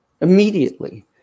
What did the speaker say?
immediately